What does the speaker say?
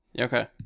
Okay